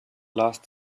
last